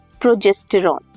progesterone